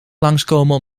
langskomen